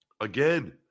Again